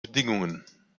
bedingungen